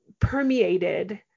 permeated